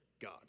God